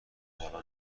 بالا